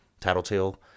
tattletale